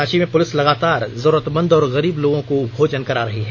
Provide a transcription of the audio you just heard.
रांची में पुलिस लगातार जरूरतमंद और गरीब लोगों को भोजन करा रही है